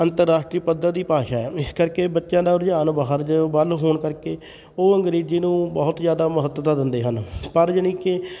ਅੰਤਰਰਾਸ਼ਟਰੀ ਪੱਧਰ ਦੀ ਭਾਸ਼ਾ ਹੈ ਇਸ ਕਰਕੇ ਬੱਚਿਆਂ ਦਾ ਰੁਝਾਨ ਬਾਹਰ ਜ ਵੱਲ ਹੋਣ ਕਰਕੇ ਉਹ ਅੰਗਰੇਜ਼ੀ ਨੂੰ ਬਹੁਤ ਜ਼ਿਆਦਾ ਮਹੱਤਤਾ ਦਿੰਦੇ ਹਨ ਪਰ ਜਾਣੀ ਕਿ